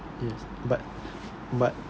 yes but but